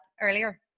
earlier